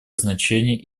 значение